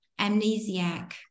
amnesiac